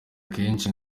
kenshi